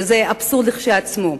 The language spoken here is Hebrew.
שזה אבסורד כשלעצמו.